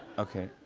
okay.